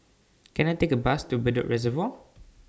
Can I Take A Bus to Bedok Reservoir